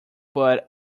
but